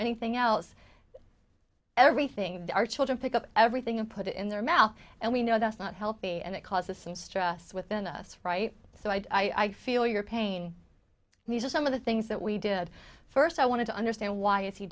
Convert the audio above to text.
anything else everything that our children pick up everything and put it in their mouth and we know that's not healthy and it causes some stress within us right so i feel your pain and these are some of the things that we did first i want to understand why is he